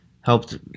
helped